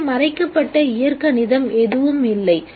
இங்கே மறைக்கப்பட்ட இயற்கணிதம் எதுவும் இல்லை